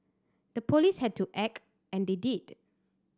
the police had to act and they did